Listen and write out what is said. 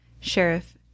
Sheriff